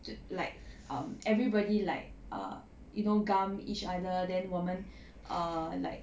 to like um everybody like err you know gam each other then 我们 err like